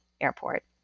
Airport